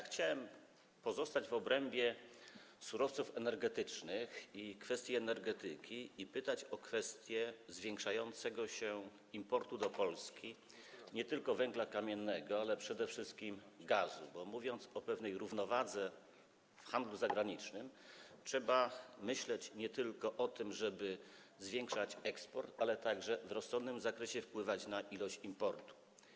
Chciałem pozostać w obrębie surowców energetycznych i kwestii energetyki i zapytać o kwestię zwiększającego się importu do Polski nie tylko węgla kamiennego, ale też przede wszystkim gazu, bo mówiąc o pewnej równowadze w handlu zagranicznym, trzeba myśleć o tym, żeby nie tylko zwiększać eksport, ale także w rozsądnym zakresie wpływać na ilość importu.